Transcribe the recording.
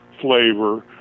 flavor